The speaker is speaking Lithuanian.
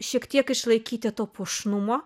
šiek tiek išlaikyti to puošnumo